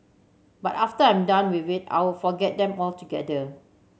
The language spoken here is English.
but after I'm done with it I'll forget them altogether